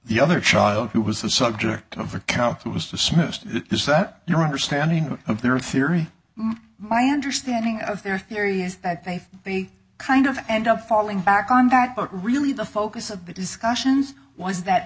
the other child who was the subject of the cow who was dismissed is that your understanding of their theory my understanding of their theory is that they kind of end up falling back on that but really the focus of the discussions was that